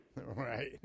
Right